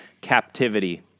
captivity